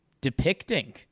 depicting